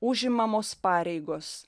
užimamos pareigos